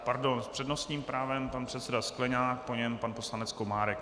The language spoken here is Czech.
Pardon, s přednostním právem pan předseda Sklenák, po něm pan poslanec Martin Komárek.